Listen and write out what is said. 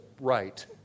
right